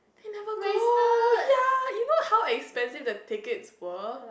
they never go ya you know how expensive the tickets were